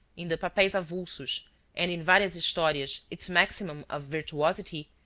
in the papeis avulsos and in varias historias its maximum of virtuosity,